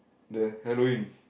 the Halloween